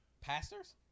Pastors